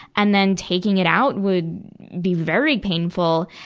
and then taking it out would be very painful.